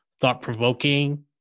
thought-provoking